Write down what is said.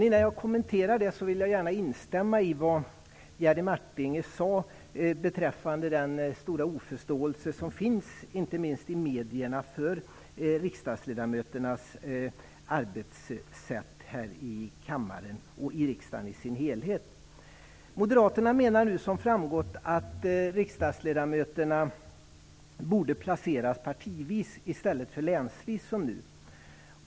Innan jag kommenterar det vill jag gärna instämma i vad Jerry Martinger sade beträffande den stora oförståelse som finns, inte minst i medierna, för riksdagsledamöternas arbetssätt här i kammaren och i riksdagen i sin helhet. Moderaterna menar, som framgått, att riksdagsledamöterna borde placeras partivis i stället för länsvis som nu.